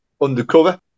undercover